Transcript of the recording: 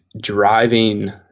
driving